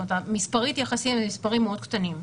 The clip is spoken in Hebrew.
המספרים יחסית הם מספרים מאוד קטנים.